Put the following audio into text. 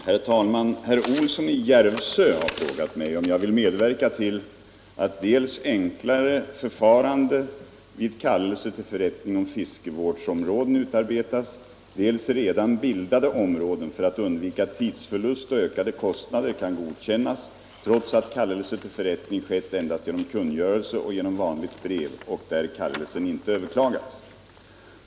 Herr talman! Herr Olsson i Järvsö har frågat mig om jag vill medverka till att dels enklare förfarande vid kallelse till förrättning om fiskevårdsområden utarbetas, dels redan bildade områden — för att undvika tidsförlust och ökade kostnader — kan godkännas trots att kallelse till förrättning skett endast genom kungörelse och genom vanligt brev och där kallelsen inte överklagats.